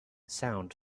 sound